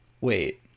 Wait